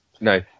No